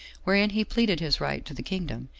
wherein he pleaded his right to the kingdom,